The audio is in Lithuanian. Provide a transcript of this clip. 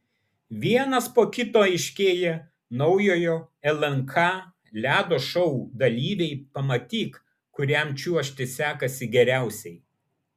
vienas po kito aiškėja naujojo lnk ledo šou dalyviai pamatyk kuriam čiuožti sekasi geriausiai